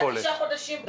תשעה חודשים.